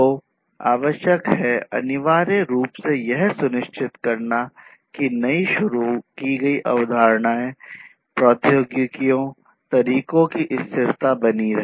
तो आवश्यक है अनिवार्य रूप से यह सुनिश्चित करना है कि नई शुरू की गई अवधारणाओं प्रौद्योगिकियों तरीकों की स्थिरता बनी रहे